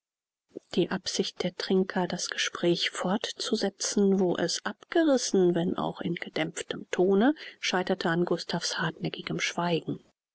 die absicht der trinker das gespräch fortzusetzen wo es abgerissen wenn auch in gedämpftem tone scheiterte an gustav's hartnäckigem schweigen